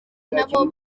nabo